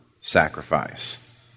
sacrifice